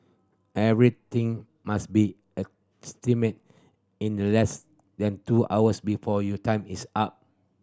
everything must be examined in the less than two hours before your time is up